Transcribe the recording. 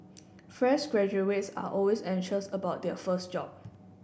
fresh graduates are always anxious about their first job